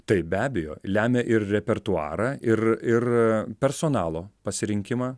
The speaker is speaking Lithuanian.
taip be abejo lemia ir repertuarą ir ir personalo pasirinkimą